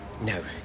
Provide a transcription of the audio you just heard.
No